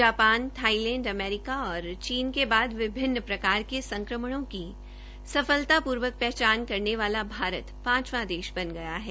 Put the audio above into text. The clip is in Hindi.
जापान थाईलैंड अमरीका और चीन के बाद विभिन्न प्रकार के संकमणों की सफलतापूर्वक पहचान करने वाला भारत पांचवां देश बन गया है